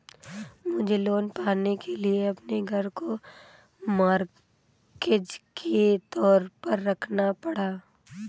मुझे लोन पाने के लिए अपने घर को मॉर्टगेज के तौर पर रखना पड़ा